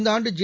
இந்த ஆண்டு ஜே